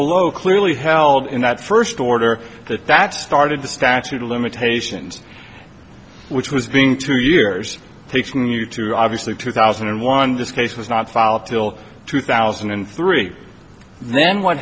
below clearly held in that first order that that started the statute of limitations which was being two years taking you to obviously two thousand and one this case was not filed till two thousand and three then what